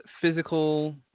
physical